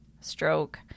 stroke